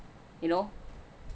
you know